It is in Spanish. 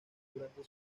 durante